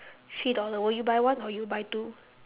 three dollars will you buy one or you buy two